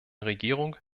regierung